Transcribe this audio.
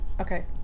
Okay